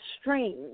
strange